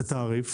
גובה הקנסות?